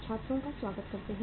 छात्रों का स्वागत करते हैं